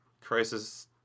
Crisis